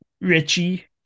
Richie